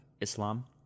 islam